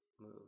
move